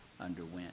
underwent